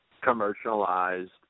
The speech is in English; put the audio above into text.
commercialized